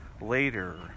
later